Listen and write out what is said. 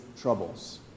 troubles